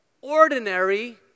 ordinary